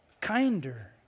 kinder